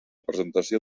presentació